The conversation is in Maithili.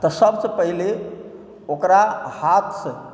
तऽ सबसँ पहिले ओकरा हाथसँ